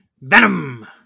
Venom